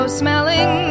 smelling